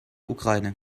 ukraine